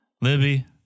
Libby